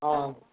অঁ